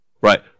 right